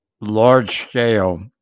large-scale